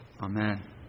Amen